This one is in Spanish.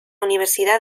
universidad